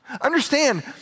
Understand